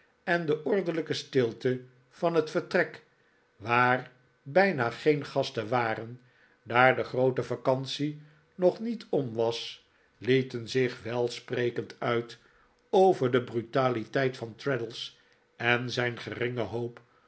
en de ordelijke stilte van het vertrek waar bijna geen gasten waren daar de groote vacantie nog niet om was lieten zich welsprekend uit over de brutaliteit van traddles en zijn geringe hoop